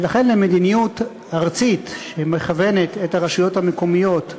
ולכן למדיניות ארצית שמכוונת את הרשויות המקומיות,